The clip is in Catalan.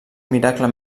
miracle